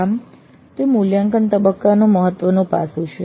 આમ તે મૂલ્યાંકન તબક્કાનું મહત્વનું પાસું છે